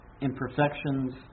imperfections